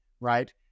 right